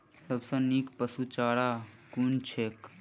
सबसँ नीक पशुचारा कुन छैक?